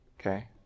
Okay